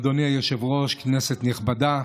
אדוני היושב-ראש, כנסת נכבדה,